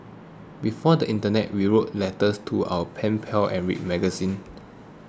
before the internet we wrote letters to our pen pals and read magazines